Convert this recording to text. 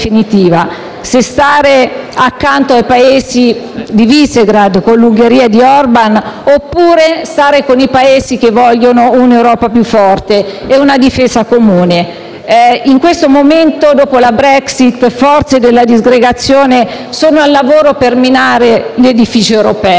se stare accanto ai Paesi di Visegrád, con l'Ungheria di Orban, oppure stare con i Paesi che vogliono un'Europa più forte e una difesa comune. In questo momento, dopo la Brexit, forze della disgregazione sono al lavoro per minare l'edificio europeo.